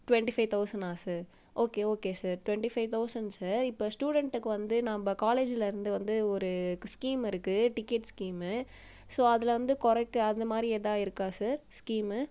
twenty five தொளசண்ட்ன்னா sir okay okay sir twenty five thousand sir இப்போ ஸ்டூடன்ட்க்கு வந்து நம்ப காலேஜில் இருந்து வந்து ஒரு ஸ்கீம் இருக்கு டிக்கெட் ஸ்கீம் ஸோ அதில் வந்து குறைக்க அந்த மாதிரி எதாவது இருக்கா சார் ஸ்கீம்